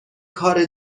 کار